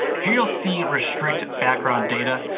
here you'll see restrict background data.